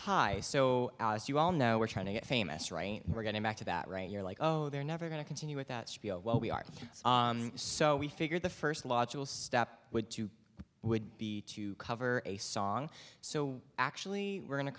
hi so as you all know we're trying to get famous rain we're getting back to that right you're like oh they're never going to continue with that well we are so we figured the first logical step would to would be to cover a song so actually we're going to